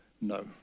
No